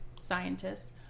scientists